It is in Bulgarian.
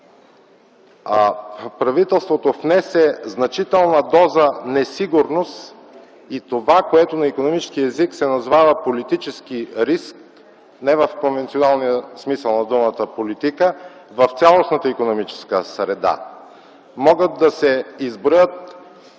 правителството внесе значителна доза несигурност и това, което на икономически език се назовава политически риск, не в конвенционалния смисъл на думата политика, в цялостната икономическа среда. Могат да се изброят